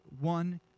one